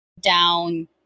down